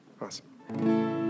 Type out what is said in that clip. Awesome